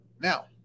Now